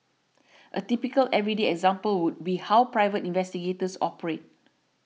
a typical everyday example would be how private investigators operate